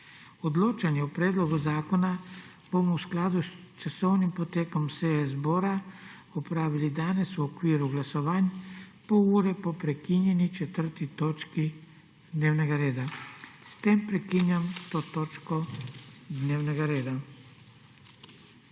Odločanje o predlogu zakona bomo v skladu s časovnim potekom seje zbora opravili danes v okviru glasovanj, pol ure po prekinjeni 4. točki dnevnega reda. S tem prekinjam to točko dnevnega reda.